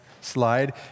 slide